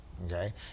okay